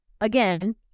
Again